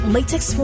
Latex